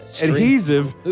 adhesive